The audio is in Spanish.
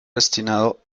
destinado